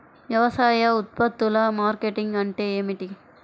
వ్యవసాయ ఉత్పత్తుల మార్కెటింగ్ అంటే ఏమిటి?